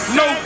no